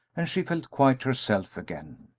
and she felt quite herself again.